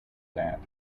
that